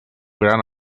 gran